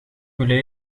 brûlé